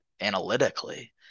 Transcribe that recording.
analytically